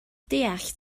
deall